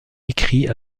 écrits